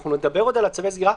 נדבר עוד על צווי הסגירה.